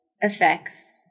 effects